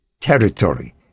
territory